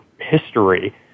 history